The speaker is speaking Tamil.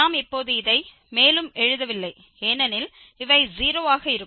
நாம் இப்போது இதை மேலும் எழுதவில்லை ஏனெனில் இவை 0 ஆக இருக்கும்